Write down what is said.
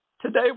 Today